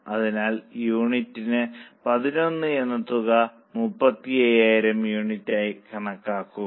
അതിനാൽ യൂണിറ്റിന് 11 എന്ന തുക 35000 യൂണിറ്റായി കണക്കാക്കുക